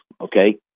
okay